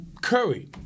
Curry